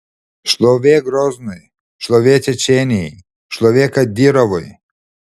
šlovė groznui šlovė čečėnijai šlovė kadyrovui